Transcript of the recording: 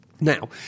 now